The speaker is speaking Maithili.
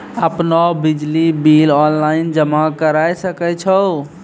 आपनौ बिजली बिल ऑनलाइन जमा करै सकै छौ?